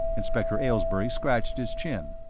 inspector aylesbury scratched his chin.